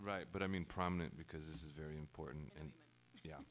right but i mean prominent because this is very important and